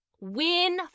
Win